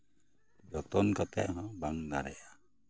ᱡᱚᱛᱚᱱ ᱠᱟᱛᱮᱜ ᱦᱚᱸ ᱵᱟᱝ ᱫᱟᱨᱮᱜᱼᱟ